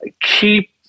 keep